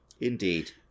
Indeed